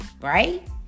right